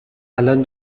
الان